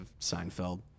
Seinfeld